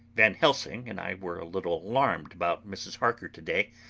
van helsing and i were a little alarmed about mrs. harker to-day.